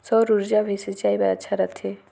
सौर ऊर्जा भी सिंचाई बर अच्छा रहथे?